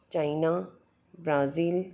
China Brazil